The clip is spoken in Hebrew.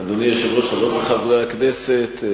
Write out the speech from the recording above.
אדוני היושב-ראש, חברות וחברי הכנסת,